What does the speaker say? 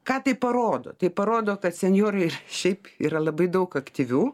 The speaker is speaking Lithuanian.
ką tai parodo tai parodo kad senjorai šiaip yra labai daug aktyvių